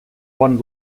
pon